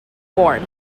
worn